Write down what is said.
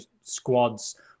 squads